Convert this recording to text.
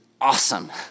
awesome